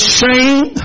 shame